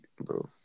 bro